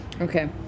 Okay